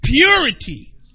purity